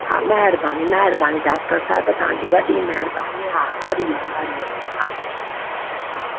हा महिरबानी महिरबानी डॉक्टर साहिबु तव्हांजी वॾी महिरबानी हा हरी ओम हरी ओम हा हा